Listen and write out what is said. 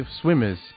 swimmers